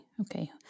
Okay